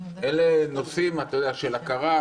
אלה נושאים של הכרה,